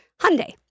Hyundai